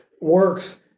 works